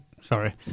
sorry